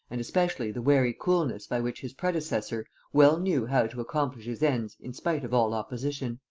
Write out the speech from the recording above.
and especially the wary coolness by which his predecessor well knew how to accomplish his ends in despite of all opposition.